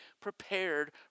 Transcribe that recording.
prepared